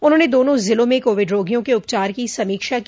उन्होंने दोनों जिलों में कोविड रोगियों के उपचार की समीक्षा की